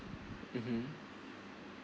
(uh huh)